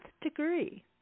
degree